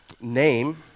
name